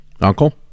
Uncle